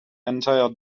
entire